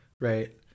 right